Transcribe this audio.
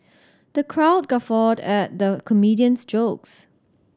the crowd guffawed at the comedian's jokes